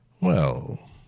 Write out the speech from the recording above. Well